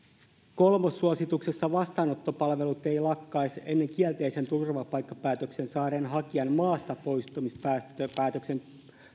kolmossuosituksessa vastaanottopalvelut eivät lakkaisi ennen kielteisen turvapaikkapäätöksen saaneen hakijan maastapoistumispäätöksen